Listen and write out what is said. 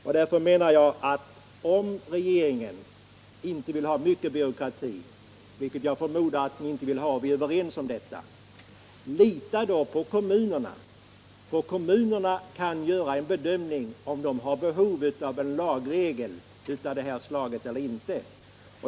Om regeringen alltså inte vill ha mycket byråkrati kring detta — lita då på kommunerna! De kan bedöma om de har behov av en lagregel av detta slag eller inte.